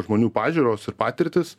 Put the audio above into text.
žmonių pažiūros ir patirtys